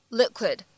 liquid